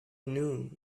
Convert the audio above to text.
knew